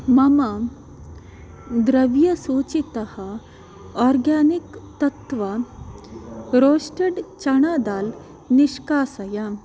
मम द्रव्यसूचीतः आर्गानिक् तत्व रोस्टेड् चणा दाल् निष्कासय